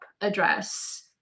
address